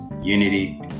unity